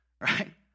right